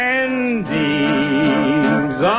endings